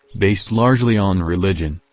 based largely on religion.